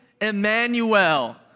Emmanuel